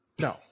No